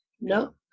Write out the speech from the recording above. No